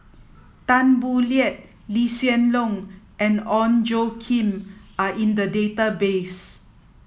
Tan Boo Liat Lee Hsien Loong and Ong Tjoe Kim are in the database